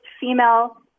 female